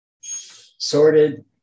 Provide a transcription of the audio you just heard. Sorted